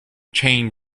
chain